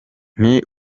nti